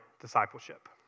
discipleship